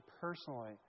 personally